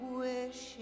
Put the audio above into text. wish